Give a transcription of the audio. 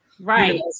Right